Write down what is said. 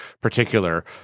particular